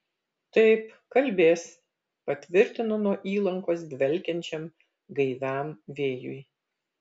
taip kalbės patvirtino nuo įlankos dvelkiančiam gaiviam vėjui